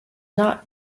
not